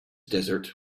desert